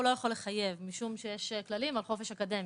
הוא לא יכול לחייב משום שיש כללים על חופש אקדמי,